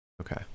okay